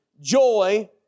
joy